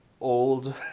old